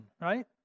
right